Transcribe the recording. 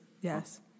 yes